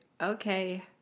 okay